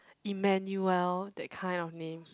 Emmanuel that kind of names